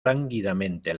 lánguidamente